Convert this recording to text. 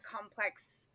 complex